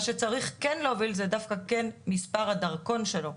מה שצריך כן להוביל זה דווקא כן מספר הדרכון שלו.